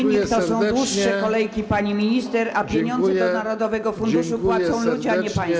Wynikiem są dłuższe kolejki, pani minister, a pieniądze do narodowego funduszu płacą ludzie, a nie państwo.